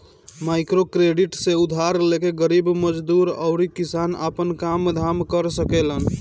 microcredit से उधार लेके गरीब मजदूर अउरी किसान आपन काम धाम कर सकेलन